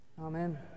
Amen